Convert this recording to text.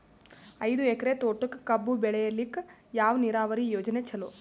ಐದು ಎಕರೆ ತೋಟಕ ಕಬ್ಬು ಬೆಳೆಯಲಿಕ ಯಾವ ನೀರಾವರಿ ಯೋಜನೆ ಚಲೋ?